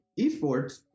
Esports